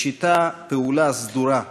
לשיטת פעולה סדורה,